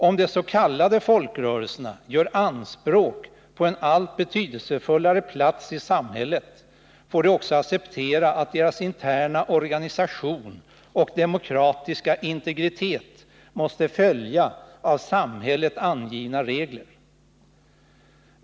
Om de s.k. folkrörelserna gör anspråk på en allt betydelsefullare plats i samhället, får de också acceptera att deras interna organisation och demokratiska integritet måste följa av samhället angivna regler.